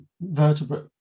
vertebrate